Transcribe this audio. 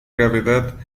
gravedad